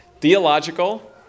Theological